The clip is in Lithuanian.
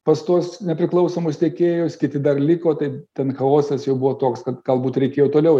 pas tuos nepriklausomus tiekėjus kiti dar liko tai ten chaosas jau buvo toks kad galbūt reikėjo toliau